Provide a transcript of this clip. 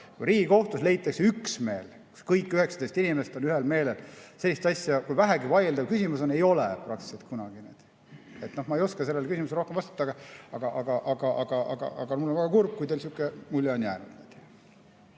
Riigikohtus [selline üksmeel], et kõik 19 inimest on ühel meelel. Sellist asja, kui on vähegi vaieldav küsimus, ei ole praktiliselt kunagi. Ma ei oska sellele küsimusele rohkem vastata. Aga ma olen väga kurb, kui teil sihuke mulje on jäänud.